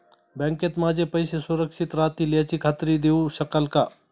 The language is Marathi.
बँकेत माझे पैसे सुरक्षित राहतील याची खात्री देऊ शकाल का?